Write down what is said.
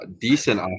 decent